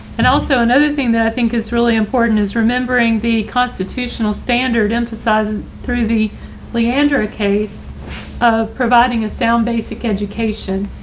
and also another thing that i think is really important is remembering the constitutional standard emphasizes through the leandra case of providing a sound basic education.